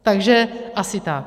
Takže asi tak.